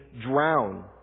drown